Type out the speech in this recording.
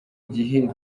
gihe